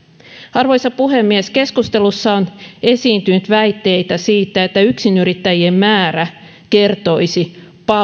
arvoisa puhemies keskustelussa on esiintynyt väitteitä että yksinyrittäjien määrä kertoisi